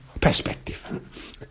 perspective